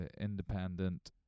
independent